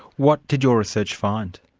what did your research find?